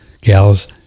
gals